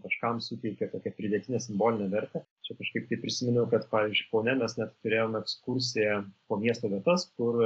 kažkam suteikia tokią pridėtinę simbolinę vertę čia kažkaip taip prisiminiau kad pavyzdžiui kaune mes net turėjom ekskursiją po miesto vietas kur